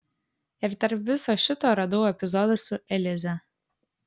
ir tarp viso šito radau epizodą su eliza